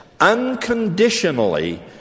unconditionally